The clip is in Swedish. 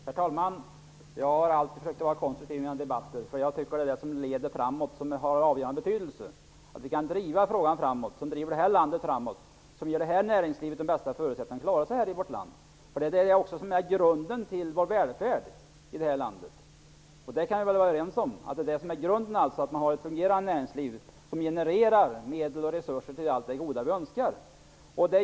Herr talman! Jag har alltid försökt att vara konstruktiv i mina debatter. Det är det som leder framåt. Det har avgörande betydelse att man kan driva frågor framåt som driver vårt land framåt och som ger det svenska näringslivet de bästa förutsättningarna att klara sig. Det är grunden till vår välfärd i vårt land. Vi kan väl vara överens om att ett fungerande näringsliv som genererar medel och resurser till allt det goda vi önskar är grunden.